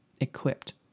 equipped